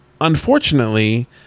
unfortunately